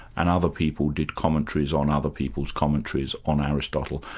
and other people did commentaries on other people's commentaries on aristotle.